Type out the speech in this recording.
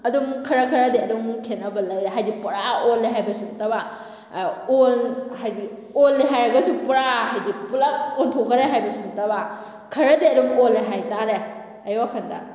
ꯑꯗꯨꯝ ꯈꯔ ꯈꯔꯗꯤ ꯑꯗꯨꯝ ꯈꯦꯠꯅꯕ ꯂꯩꯔꯦ ꯍꯥꯏꯗꯤ ꯄꯨꯔꯥ ꯑꯣꯜꯂꯦ ꯍꯥꯏꯕꯁꯨ ꯅꯠꯇꯕ ꯍꯥꯏꯗꯤ ꯑꯣꯜꯂꯦ ꯍꯥꯏꯔꯒꯁꯨ ꯄꯨꯔꯥ ꯍꯥꯏꯗꯤ ꯄꯨꯜꯂꯞ ꯑꯣꯜꯊꯣꯛꯈꯔꯦ ꯍꯥꯏꯕꯁꯨ ꯅꯠꯇꯕ ꯈꯔꯗꯤ ꯑꯗꯨꯝ ꯑꯣꯜꯂꯦ ꯍꯥꯏ ꯇꯥꯔꯦ ꯑꯩ ꯋꯥꯈꯟꯗ